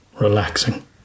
relaxing